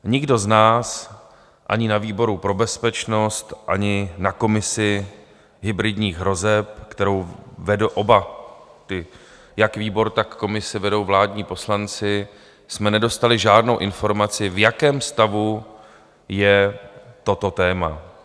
Nikdo z nás ani na výboru pro bezpečnost, ani na komisi hybridních hrozeb, kterou vedl oba, jak výbor, tak komisi vedou vládní poslanci, jsme nedostali žádnou informaci, v jakém stavu je toto téma.